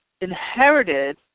inherited